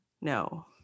No